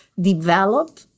develop